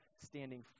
standing